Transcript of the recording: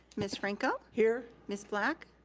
ms. franco. here. ms. black,